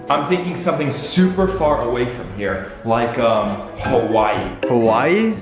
i'm thinking something super far away from here, like um hawaii. hawaii?